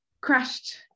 crashed